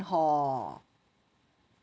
hor